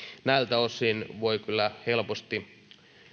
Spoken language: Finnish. näiltä osin voi kyllä helposti